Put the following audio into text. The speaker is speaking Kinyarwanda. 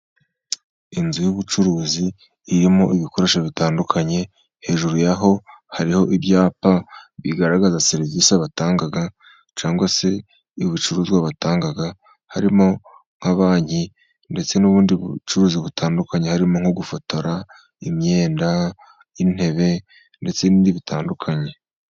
Inzu y'ubucuruzi irimo ibikoresho bitandukanye, hejuru yaho hariho ibyapa, bigaragaza serivisi batanga, cyangwa se ibicuruzwa batanga, harimo nka banki ndetse n'ubundi bucuruzi butandukanye, harimo nko gufotora, imyenda, intebe, ndetse n'indi bitandukanye.